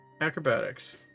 acrobatics